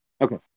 Okay